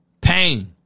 Pain